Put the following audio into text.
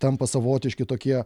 tampa savotiški tokie